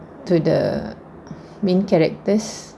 to the main characters